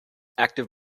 active